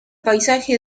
paisaje